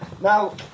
Now